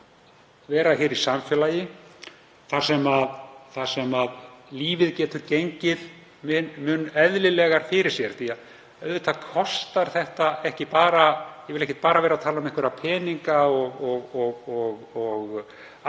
vera í samfélagi þar sem lífið getur gengið mun eðlilegar fyrir sig. Því að auðvitað kostar þetta ekki bara peninga, ég vil ekki bara tala um einhverja peninga og afkomu